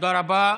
תודה רבה.